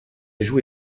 joué